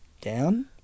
down